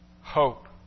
hope